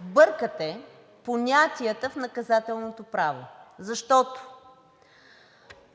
бъркате понятията в наказателното право, защото